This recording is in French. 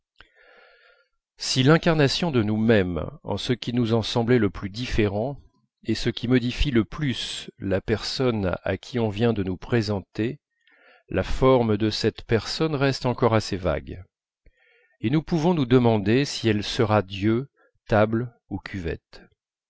si l'incarnation de nous-même en ce qui nous semblait le plus différent est ce qui modifie le plus la personne à qui on vient de nous présenter la forme de cette personne reste encore assez vague et nous pouvons nous demander si elle sera dieu table ou cuvette